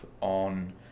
on